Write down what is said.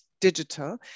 digital